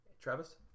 Travis